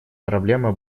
проблема